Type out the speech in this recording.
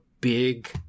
big